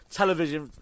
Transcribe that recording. television